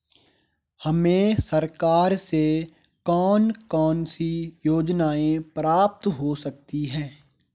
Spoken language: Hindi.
हमें सरकार से कौन कौनसी योजनाएँ प्राप्त हो सकती हैं?